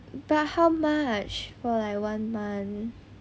but how much for like one month